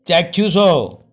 ଚାକ୍ଷୁଷ